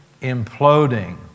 imploding